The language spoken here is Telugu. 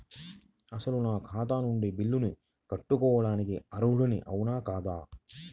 అసలు నా ఖాతా నుండి బిల్లులను కట్టుకోవటానికి అర్హుడని అవునా కాదా?